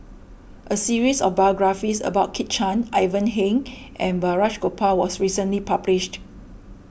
a series of biographies about Kit Chan Ivan Heng and Balraj Gopal was recently published